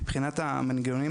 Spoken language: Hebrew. מבחינת המנגנונים,